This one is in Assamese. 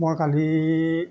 মই কালি